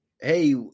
hey